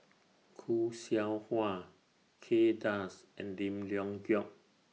Khoo Seow Hwa Kay Das and Lim Leong Geok